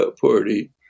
Party